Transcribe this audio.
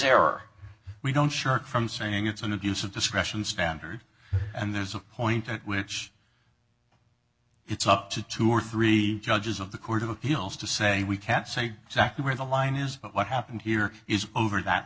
error we don't shirk from saying it's an abuse of discretion standard and there's a point at which it's up to two or three judges of the court of appeals to say we can't say exactly where the line is but what happened here is over that